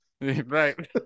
Right